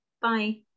Bye